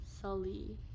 Sully